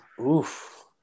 Oof